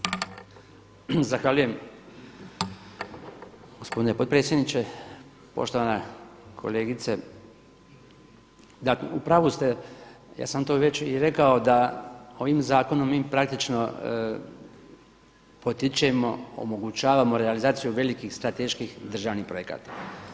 Zahvaljujem gospodine potpredsjedniče, poštovana kolegice u pravu ste, ja sam to već i rekao da ovim zakonom mi praktično potičemo, omogućavamo realizaciju velikih strateških državnih projekta.